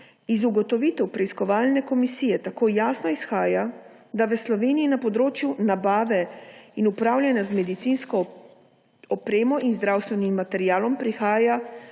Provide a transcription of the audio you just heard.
Iz ugotovitev preiskovalne komisije tako jasno izhaja, da v Sloveniji na področju nabave in upravljanja z medicinsko opremo in zdravstveni materialom prihaja